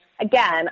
again